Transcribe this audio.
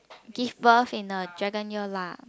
give birth in a dragon year lah